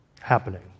happening